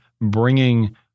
bringing